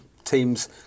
Teams